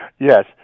Yes